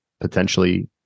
potentially